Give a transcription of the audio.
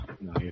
No